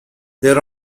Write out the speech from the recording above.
there